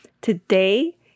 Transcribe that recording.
today